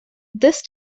this